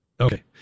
Okay